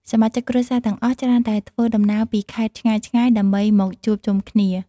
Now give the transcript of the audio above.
សមាជិកគ្រួសារទាំងអស់ច្រើនតែធ្វើដំណើរពីខេត្តឆ្ងាយៗ ដើម្បីមកជួបជុំគ្នា។